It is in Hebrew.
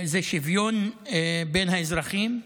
זה שוויון בין האזרחים,